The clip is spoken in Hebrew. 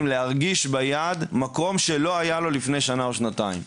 להרגיש ביד מקום שלא היה לו לפני שנה או שנתיים.